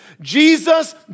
Jesus